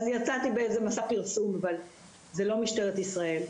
אז יצאתי באיזה מסע פרסום אבל זה לא משטרת ישראל.